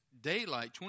daylight